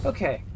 Okay